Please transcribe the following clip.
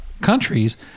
countries